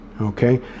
okay